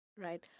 Right